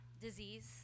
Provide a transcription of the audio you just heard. disease